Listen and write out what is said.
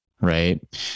right